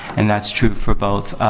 and that's true for both